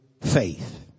faith